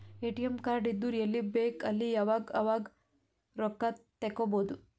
ATM card ಇದ್ದುರ್ ಎಲ್ಲಿ ಬೇಕ್ ಅಲ್ಲಿ ಯಾವಾಗ್ ಅವಾಗ್ ರೊಕ್ಕಾ ತೆಕ್ಕೋಭೌದು